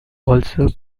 also